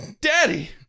Daddy